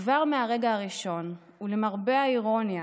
כבר מהרגע הראשון, למרבה האירוניה,